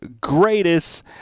Greatest